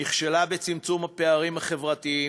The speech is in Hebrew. נכשלה בצמצום הפערים החברתיים,